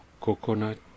coconut